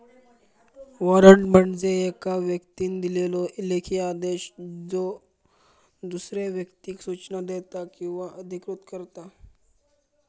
warrant म्हणजे येका व्यक्तीन दिलेलो लेखी आदेश ज्यो दुसऱ्या व्यक्तीक सूचना देता किंवा अधिकृत करता